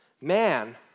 man